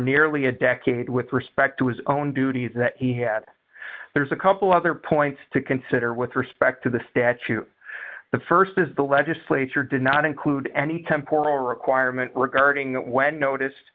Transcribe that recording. nearly a decade with respect to his own duties that he had there's a couple other points to consider with respect to the statute the st is the legislature did not include any temporal requirement regarding when noticed